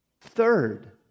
Third